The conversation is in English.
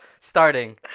Starting